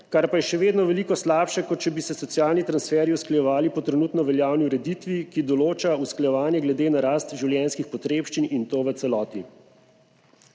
kar pa je še vedno veliko slabše, kot če bi se socialni transferji usklajevali po trenutno veljavni ureditvi, ki določa usklajevanje glede na rast življenjskih potrebščin, in to v celoti.